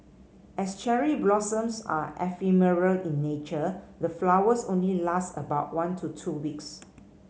as cherry blossoms are ephemeral in nature the flowers only last about one to two weeks